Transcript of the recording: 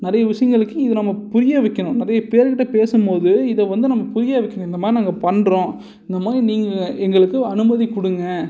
நிறைய விஷயங்களுக்கு இது நம்ம புரிய வைக்கணும் நிறையா பேர்க்கிட்ட பேசும் போது இதை வந்து நம்ம புரிய வைக்கிணும் இந்த மாதிரி நாங்கள் பண்ணுறோம் இந்த மாதிரி நீங்கள் எங்களுக்கு அனுமதி கொடுங்க